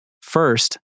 First